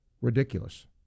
ridiculous